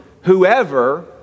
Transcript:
whoever